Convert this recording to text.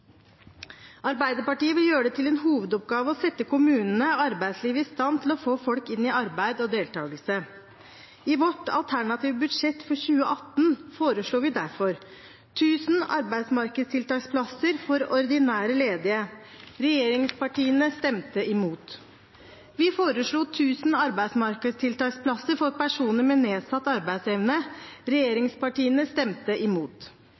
Arbeiderpartiet vil gjøre det til en hovedoppgave å sette kommunene og arbeidslivet i stand til å få folk i arbeid og deltakelse. I vårt alternative budsjett for 2018 foreslo vi derfor 1 000 arbeidsmarkedstiltaksplasser for ordinære ledige. Regjeringspartiene stemte imot. Vi foreslo 1 000 arbeidsmarkedstiltaksplasser for personer med nedsatt arbeidsevne. Regjeringspartiene stemte imot.